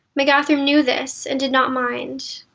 mgathrim knew this, and did not mind.